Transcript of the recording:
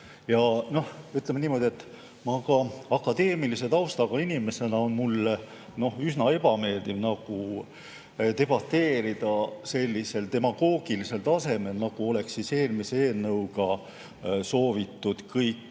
Ütleme niimoodi, et akadeemilise taustaga inimesena on mul üsna ebameeldiv debateerida sellisel demagoogilisel tasemel, nagu oleks eelmise eelnõuga soovitud kõigi